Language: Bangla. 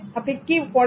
আপনি কি করেন